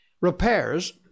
Repairs